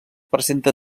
presenta